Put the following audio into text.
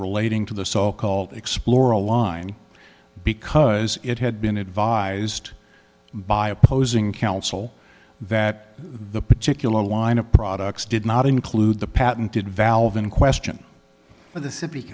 relating to the so called explora line because it had been advised by opposing counsel that the particular line of products did not include the patented valve in question for the